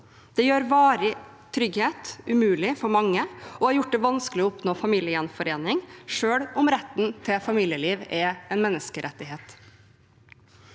Det gjør varig trygghet umulig for mange og har gjort det vanskelig å oppnå familiegjenforening, selv om retten til familieliv er en menneskerettighet.